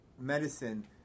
medicine